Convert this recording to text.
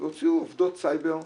והוציאו עובדות סייבר,